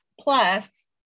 plus